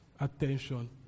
attention